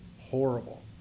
horrible